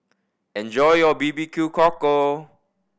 enjoy your B B Q Cockle